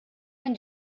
minn